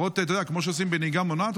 כמו שעושים בנהיגה מונעת.